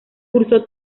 cursó